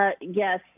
Yes